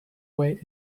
way